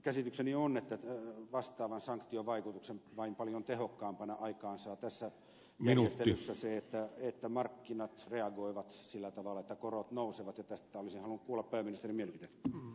käsitykseni on että vastaavan sanktiovaikutuksen vain paljon tehokkaampana aikaan saa tässä järjestelyssä se että markkinat reagoivat sillä tavalla että korot nousevat ja tästä olisin halunnut kuulla pääministerin mielipiteen